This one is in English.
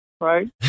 Right